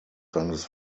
seines